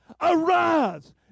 Arise